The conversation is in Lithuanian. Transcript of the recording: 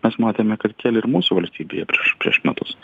mes matėme kad kėlė ir mūsų valstybėje prieš prieš metus